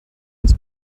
his